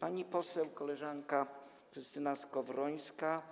Pani poseł koleżanka Krystyna Skowrońska